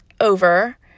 over